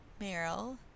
Meryl